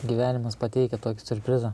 gyvenimas pateikia tokį siurprizą